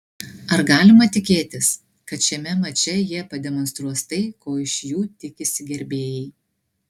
ar galima tikėtis kad šiame mače jie pademonstruos tai ko iš jų tikisi gerbėjai